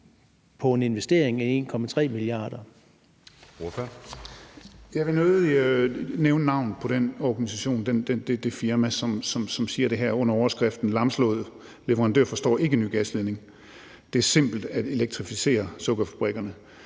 20:48 Torsten Gejl (ALT): Jeg vil nødig nævne navnet på det firma, som siger det her under overskriften: »Lamslået leverandør forstår ikke ny gasledning: Det er simpelt at elektrificere sukkerfabrikker«.